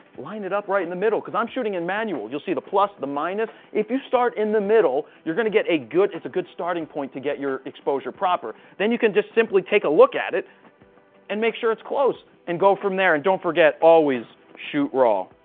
line it up right in the middle because i'm shooting in manual. you see the plus, the minus. if you start in the middle, you're going to get a good. it's a good starting point to get your exposure proper, then you can just simply take a look at it and make sure it's close and go from there and don't forget always shoot raw.